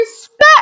respect